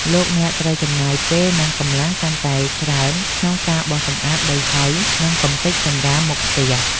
លោកអ្នកត្រូវចំណាយពេលនិងកម្លាំងកាន់តែច្រើនក្នុងការបោសសម្អាតដីហុយនិងកម្ទេចសំរាមមុខផ្ទះ។